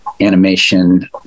animation